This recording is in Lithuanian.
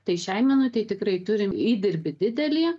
tai šiai minutei tikrai turim įdirbį didelį